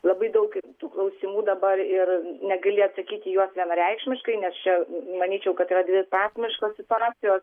labai daug ir tų klausimų dabar ir negali atsakyti į juos vienareikšmiškai nes čia manyčiau kad yra dviprasmiškos situacijos